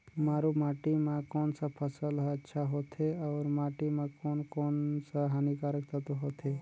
मारू माटी मां कोन सा फसल ह अच्छा होथे अउर माटी म कोन कोन स हानिकारक तत्व होथे?